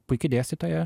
puiki dėstytoja